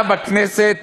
אתה בכנסת,